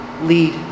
lead